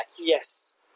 Yes